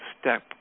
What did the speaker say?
Step